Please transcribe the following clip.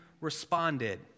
responded